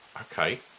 Okay